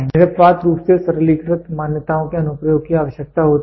निरपवाद रूप से सरलीकृत मान्यताओं के अनुप्रयोग की आवश्यकता होती है